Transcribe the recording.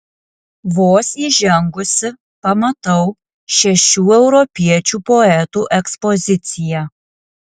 vos įžengusi pamatau šešių europiečių poetų ekspoziciją